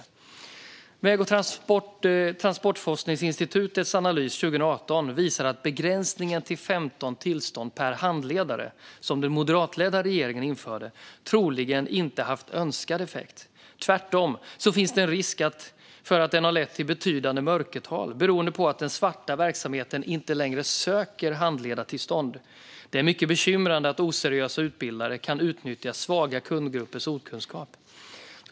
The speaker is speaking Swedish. Statens väg och transportforskningsinstituts analys från 2018 visar att begränsningen till 15 tillstånd per handledare, som den moderatledda regeringen införde, troligen inte har fått önskad effekt. Tvärtom finns det en risk för att den har lett till ett betydande mörkertal, beroende på att den svarta verksamheten inte längre söker handledartillstånd. Det är mycket bekymrande att oseriösa utbildare kan utnyttja svaga kundgruppers okunskap.